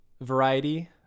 variety